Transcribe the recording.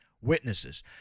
witnesses